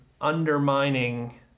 undermining